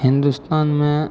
हिन्दुस्तानमे